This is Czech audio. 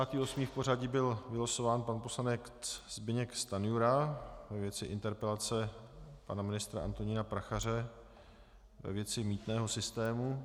Třicátý osmý v pořadí byl vylosován pan poslanec Zbyněk Stanjura ve věci interpelace na pana ministra Antonína Prachaře ve věci mýtného systému.